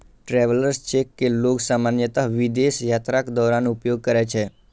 travellers cheque कें लोग सामान्यतः विदेश यात्राक दौरान उपयोग करै छै